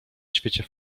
świecie